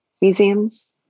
museums